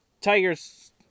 Tigers